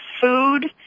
food